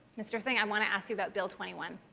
mr. singh, i want to ask you about bill twenty one.